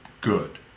good